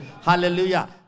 Hallelujah